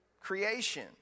creation